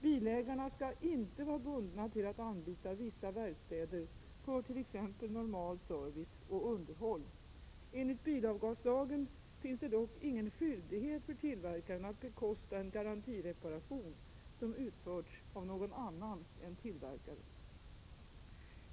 Bilägarna skall inte vara bundna till att anlita vissa verkstäder för t.ex. normal service och underhåll. Enligt bilavgaslagen finns det dock ingen skyldighet för tillverkaren att bekosta en garantireparation som utförts av någon annan än tillverkaren.